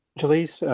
jalyce,